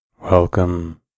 Welcome